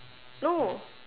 no